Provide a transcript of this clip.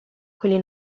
quelli